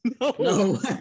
No